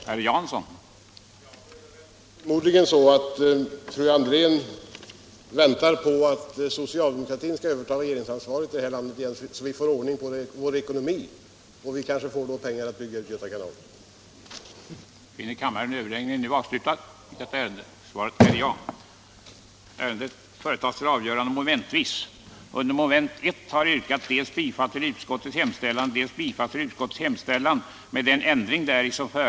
Herr talman! Då är det väl förmodligen så, att fru André väntar på att socialdemokratin skall överta regeringsansvaret i det här landet igen, så att vi får ordning på vår ekonomi och kanske får pengar att bygga ut Göta kanal. den det ej vill röstar nej.